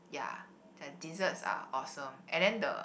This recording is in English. ya the desserts are awesome and then the